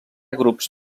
grups